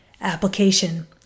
Application